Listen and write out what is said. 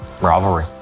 rivalry